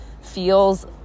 feels